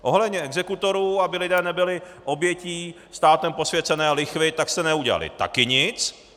Ohledně exekutorů, aby lidé nebyli obětí státem posvěcené lichvy, tak jste neudělali taky nic.